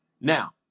now